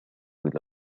إلى